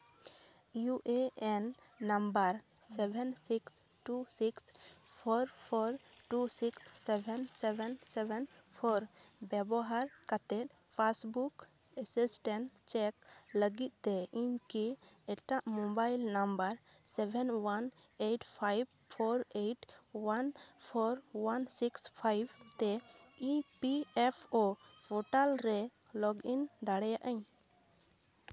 U A N number seven six two six four four two six seven seven seven four ᱵᱮᱵᱚᱦᱟᱨ ᱠᱟᱛᱮᱫ passbook assistant check ᱞᱟᱹᱜᱤᱫ ᱛᱮ ᱤᱧᱠᱤ ᱮᱴᱟᱜ mobile number seven one eight five four eight one four one six five ᱛᱮ E P F O portal ᱨᱮ log in ᱫᱟᱲᱮᱭᱟᱜ ᱟᱹᱧ